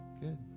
good